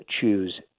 choose